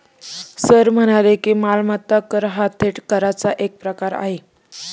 sir म्हणाले की, मालमत्ता कर हा थेट कराचा एक प्रकार आहे